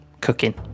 cooking